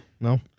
No